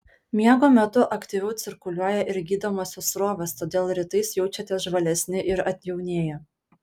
miego metu aktyviau cirkuliuoja ir gydomosios srovės todėl rytais jaučiatės žvalesni ir atjaunėję